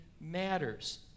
matters